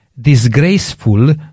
disgraceful